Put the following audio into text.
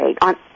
on